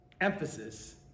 emphasis